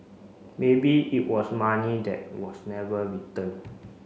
maybe it was money that was never return